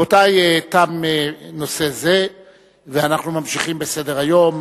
רבותי, תם נושא זה ואנחנו ממשיכים בסדר-היום.